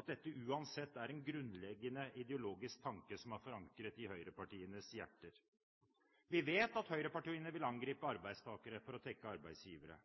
at dette uansett er en grunnleggende ideologisk tanke som er forankret i høyrepartienes hjerter. Vi vet at høyrepartiene vil angripe arbeidstakere for å tekke arbeidsgivere.